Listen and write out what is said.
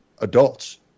adults